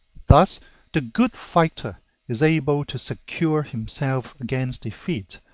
thus the good fighter is able to secure himself against defeat,